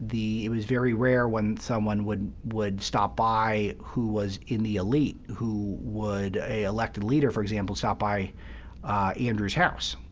the it was very rare when someone would would stop by who was in the elite who would, an elected leader, for example, stop by andrew's house.